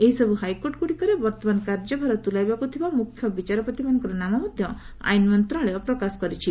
ଏହିସବୁ ହାଇକୋର୍ଟଗୁଡ଼ିକରେ ବର୍ତ୍ତମାନ କାର୍ଯ୍ୟଭାର ତୁଲାଇବାକୁ ଥିବା ମୁଖ୍ୟ ବିଚାରପତିମାନଙ୍କ ନାମ ମଧ୍ୟ ଆଇନ୍ ମନ୍ତ୍ରଣାଳୟ ପ୍ରକାଶ କରିଛି